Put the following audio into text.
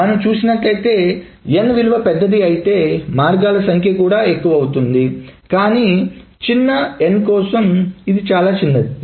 మనం చూసినట్లయితే n విలువపెద్దది అయితే మార్గాల సంఖ్య కూడా ఎక్కువ అవుతుంది కానీ చిన్న n కోసం ఇది చిన్నది